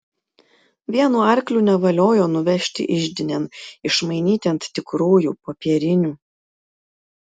vienu arkliu nevaliojo nuvežti iždinėn išmainyti ant tikrųjų popierinių